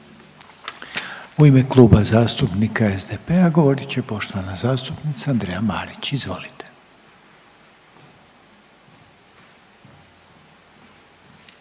U ime Kluba zastupnika SDSS-a govorit će poštovana zastupnica Dragana Jeckov. Izvolite.